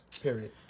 period